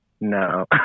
no